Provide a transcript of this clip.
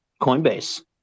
Coinbase